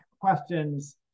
questions